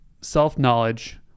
Self-knowledge